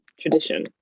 tradition